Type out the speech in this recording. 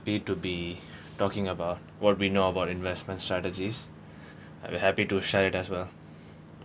to be talking about what we know about investment strategies I'm happy to share it as well